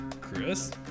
Chris